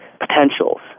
potentials